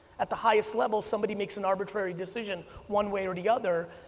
at the highest level somebody makes an arbitrary decision, one way or the other,